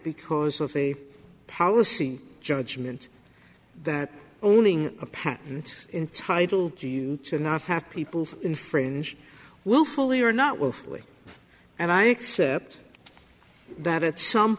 because of a policy judgment that owning a patent entitle you to not have people infringe willfully or not willfully and i accept that at some